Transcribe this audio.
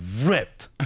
ripped